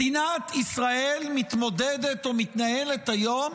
מדינת ישראל מתמודדת או מתנהלת היום